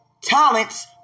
talents